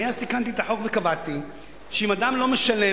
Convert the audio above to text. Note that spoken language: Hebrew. אני אז תיקנתי את החוק וקבעתי שאם אדם לא משלם,